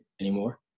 anymore